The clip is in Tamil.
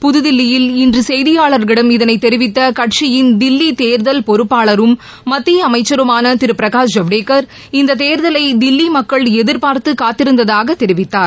புதுதில்லியில் இன்று செய்தியாளர்களிடம் இதைத் தெரிவித்த கட்சியின் தில்லி தேர்தல் பொறுப்பாளரும் மத்திய அமைச்சருமான திரு பிரகாஷ் ஜவடேக்கர் இந்தத் தேர்தலை தில்லி மக்கள் எதிர்பார்த்து காத்திருந்ததாக தெரிவித்தார்